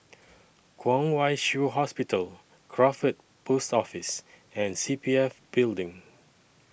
Kwong Wai Shiu Hospital Crawford Post Office and C P F Building